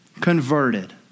converted